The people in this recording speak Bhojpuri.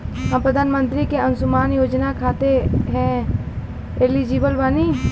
हम प्रधानमंत्री के अंशुमान योजना खाते हैं एलिजिबल बनी?